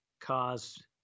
caused